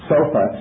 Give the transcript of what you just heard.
sofa